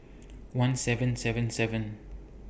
one seven seven seven